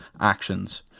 actions